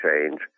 change